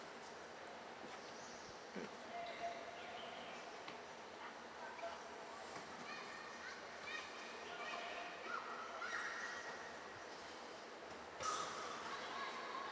I